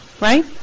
right